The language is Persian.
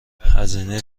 هزینه